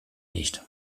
nicht